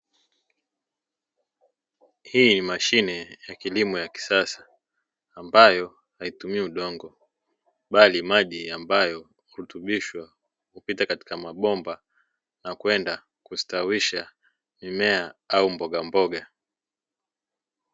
Hii ni mashine ya kilimo ya kisasa ambayo haitumii udongo bali maji ambayo virutubisho hupita katika mabomba na kwenda kustawisha mimea au mbogamboga.